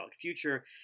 future